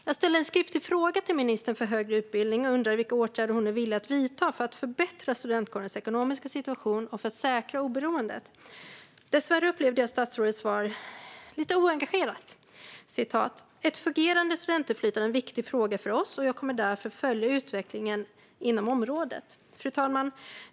Jag ställde en skriftlig fråga till ministern för högre utbildning och undrade vilka åtgärder hon är villig att vidta för att förbättra studentkårernas ekonomiska situation och för att säkra oberoendet. Dessvärre upplevde jag statsrådets svar som lite oengagerat: Ett fungerande studentinlyftande är en viktig fråga för oss, och jag kommer därför att följa utvecklingen inom området. Fru talman!